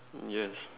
yes